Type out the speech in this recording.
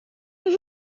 بزن